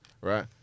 right